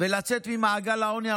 ולצאת ממעגל העוני.